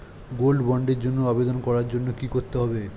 Gold বন্ডের জন্য আবেদন করার জন্য কি করতে হবে?